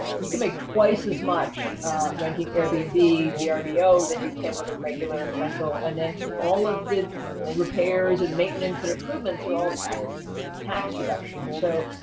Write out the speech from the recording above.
you can make twice as much renting airbnb, and vrbo, that you can with a regular rental, and then all of the repairs and maintenance and improvements are all tax tax deductions. so,